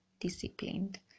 disciplined